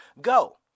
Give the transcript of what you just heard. go